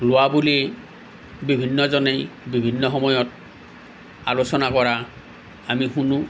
লোৱা বুলি বিভিন্ন জনেই বিভিন্ন সময়ত আলোচনা কৰা আমি শুনো